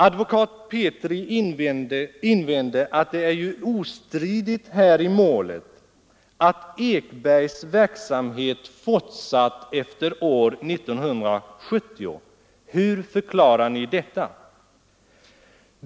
Advokat Petri invände att det är ju ostridigt här i målet att Ekbergs verksamhet fortsatt efter år 1970, hur förklarar ni det?